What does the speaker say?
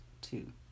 two